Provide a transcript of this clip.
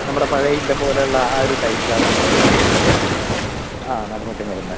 നമ്മുടെ പഴയ ഇല്ലം പോലെയുള്ള ആ ഒരു ടൈപ്പിലാണ് നിങ്ങൾ ഉദ്ദേശിക്കുന്നുണ്ടല്ലേ ആ നടുമുറ്റം വരുന്നത്